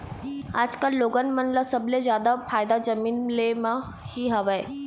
आजकल लोगन मन ल सबले जादा फायदा जमीन ले म ही हवय